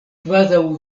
kvazaŭ